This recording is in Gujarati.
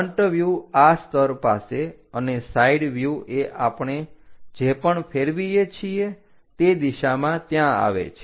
ફ્રન્ટ વ્યૂહ આ સ્તર પાસે અને સાઈડ વ્યુહ એ આપણે જે પણ ફેરવીએ છીએ તે દિશામાં ત્યાં આવે છે